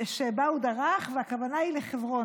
שבה הוא דרך, והכוונה היא לחברון.